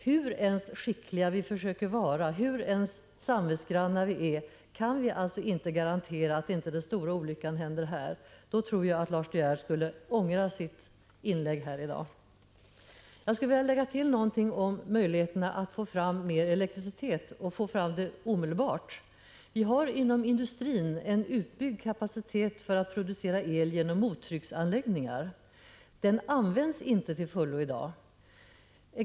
Hur skickliga vi än försöker vara, hur samvetsgranna vi än är, kan vi alltså inte garantera att inte den stora olyckan händer här. Då tror jag att Lars De Geer skulle ångra det inlägg han gjort under dagens debatt. Jag skulle vilja lägga till något om möjligheterna att få fram mer elektricitet omedelbart. Vi har inom industrin en utbyggd kapacitet för att producera el genom mottrycksanläggningar. Den utnyttjas inte till fullo i dag.